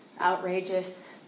outrageous